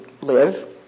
live